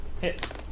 Hits